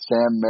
Sam